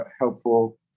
helpful